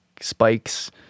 spikes